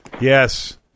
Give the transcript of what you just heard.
Yes